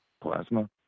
plasma